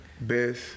best